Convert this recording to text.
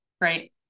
Right